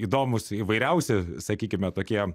įdomūs įvairiausi sakykime tokie